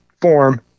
form